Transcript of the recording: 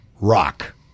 rock